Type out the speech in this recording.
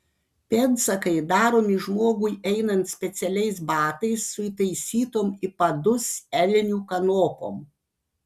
pėdsakai daromi žmogui einant specialiais batais su įtaisytom į padus elnių kanopom